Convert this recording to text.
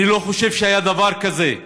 אני לא חושב שהיה דבר כזה,